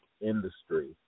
industry